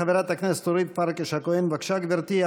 חברת הכנסת אורית פרקש-הכהן, בבקשה, גברתי.